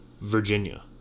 Virginia